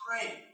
Pray